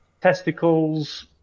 testicles